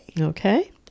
Okay